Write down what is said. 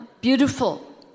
Beautiful